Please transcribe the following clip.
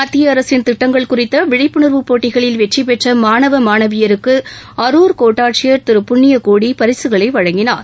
மத்திய அரசின் திட்டங்கள் குறித்த விழிப்புணர்வு போட்டிகளில் வெற்றி பெற்ற மாணவ மாணவியருக்கு அரூர் கோட்டாட்சியர் திரு புண்ணியகோடி பரிசுகளை வழங்கினார்